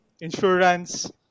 Insurance